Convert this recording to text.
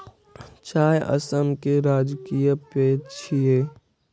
चाय असम केर राजकीय पेय छियै